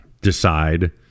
decide